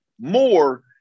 more